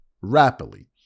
rapidly